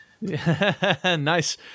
nice